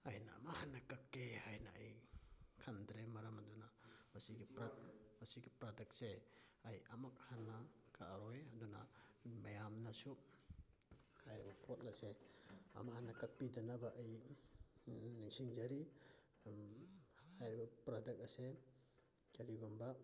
ꯑꯩꯅ ꯑꯃꯨꯛ ꯍꯟꯅ ꯀꯛꯀꯦ ꯍꯥꯏꯅ ꯑꯩ ꯈꯟꯗ꯭ꯔꯦ ꯃꯔꯝ ꯑꯗꯨꯅ ꯃꯁꯤꯒꯤ ꯃꯁꯤꯒꯤ ꯄ꯭ꯔꯗꯛꯁꯦ ꯑꯩ ꯑꯃꯨꯛ ꯍꯟꯅ ꯀꯛꯑꯔꯣꯏ ꯑꯗꯨꯅ ꯃꯌꯥꯝꯅꯁꯨ ꯍꯥꯏꯔꯤꯕ ꯄꯣꯠ ꯑꯁꯦ ꯑꯃꯨꯛ ꯍꯟꯅ ꯀꯛꯄꯤꯗꯅꯕ ꯑꯩ ꯅꯤꯡꯁꯤꯡꯖꯔꯤ ꯍꯥꯏꯔꯤꯕ ꯄ꯭ꯔꯗꯛ ꯑꯁꯦ ꯀꯔꯤꯒꯨꯝꯕ